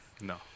No